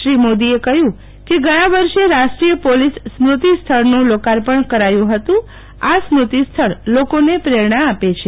શ્રી મોદીએ કહ્યું કે ગયા વર્ષે રાષ્ટ્રીય પોલીસ સ્મૃતિસ્થળનું લોકાર્પણ કરાયું હતું આ સ્મૃતિસ્થળ લોકોને પ્રેરણા આપે છે